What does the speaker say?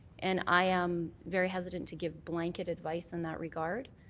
and i am very hesitant to give blanket advice in that regard.